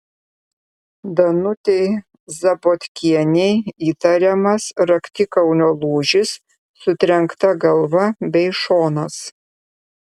danutei zabotkienei įtariamas raktikaulio lūžis sutrenkta galva bei šonas